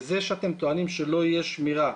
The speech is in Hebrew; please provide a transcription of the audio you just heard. וזה שאתם טוענים שלא תהיה שמירה,